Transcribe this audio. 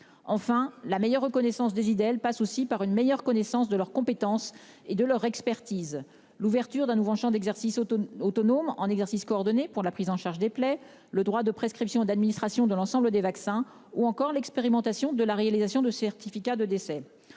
Enfin la meilleure reconnaissance des idées, elle passe aussi par une meilleure connaissance de leur compétence et de leur expertise l'ouverture d'un nouveau Champ d'exercice autonomes en exercice coordonné pour la prise en charge des plaies, le droit de prescription d'administration de l'ensemble des vaccins ou encore l'expérimentation de la réalisation de certificat de décès.